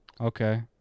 Okay